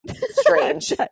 strange